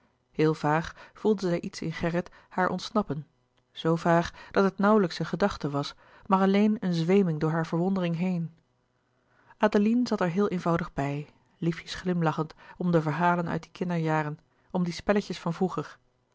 heel vaag voelde zij iets in gerrit haar ontsnappen zoo vaag dat het nauwlijks een gedachte was maar alleen eene zweeming door hare verwondering heen adeline zat er heel eenvoudig bij liefjes glimlachend om de verhalen uit die kinderjaren om die spelletjes van vroeger